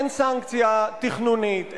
אין סנקציה תכנונית,